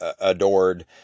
adored